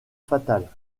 fatale